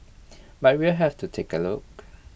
but we'll have to take A look